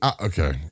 okay